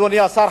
אדוני השר,